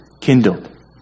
kindled